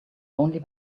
only